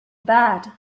bad